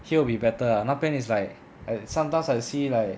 here will be better lah 那边 is like sometimes I see like